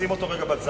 שים אותו רגע בצד.